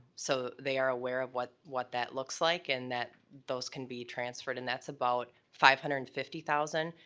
so they are aware of what what that looks like and that those can be transferred. and that's about five hundred and fifty thousand